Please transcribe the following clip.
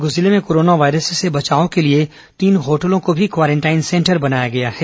दुर्ग जिले में corona virus से बचाव के लिए तीन होटलों को भी क्वारेंटाइन सेंटर बनाया गया है